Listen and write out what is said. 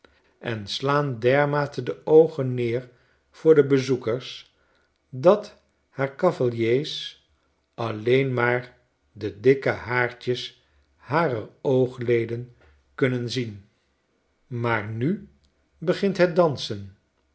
en slaan dermate de oogen neer voor de bezoekers dat haar cavaliers alleen maar de dikke haartjes harer oogleden kunnen zien maar nu begint net dansen